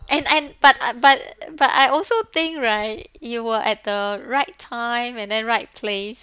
and and but uh but but I also think right you were at the right time and then right place